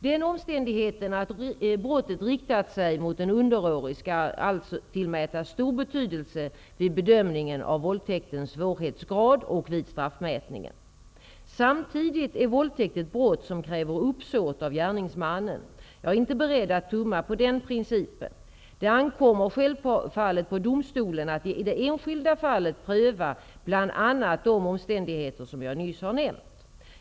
Den omständigheten att brottet riktat sig mot en underårig skall alltså tillmätas stor betydelse vid bedömningen av våldtäktens svårhetsgrad och vid straffmätningen. Samtidigt är våldtäkt ett brott som kräver uppsåt av gärningsmannen. Jag är inte beredd att tumma på den principen. Det ankommer självfallet på domstolen att i det enskilda fallet pröva bl.a. de omständigheter som jag nyss har nämnt.